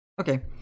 Okay